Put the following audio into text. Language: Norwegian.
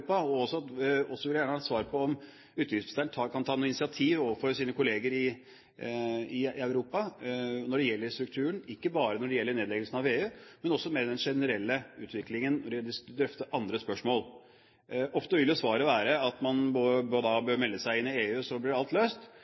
Og så vil jeg gjerne ha svar på om utenriksministeren kan ta et initiativ overfor sine kolleger i Europa når det gjelder strukturen, ikke bare når det gjelder nedleggelsen av VEU, men også mer den generelle utviklingen med tanke på å drøfte andre spørsmål. Ofte vil jo svaret være at man bør melde seg inn i EU, så vil alt bli løst.